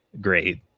great